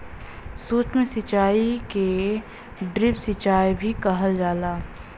सूक्ष्म सिचाई के ड्रिप सिचाई भी कहल जाला